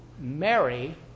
Mary